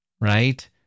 right